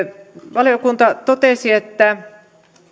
valiokunta totesi että